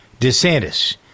desantis